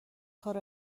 کار